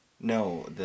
No